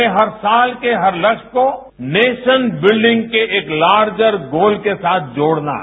हमें हर साल के हर लक्ष्य को नेशन बिल्डिंग के एक लार्जर गोल के साथ जोड़ना है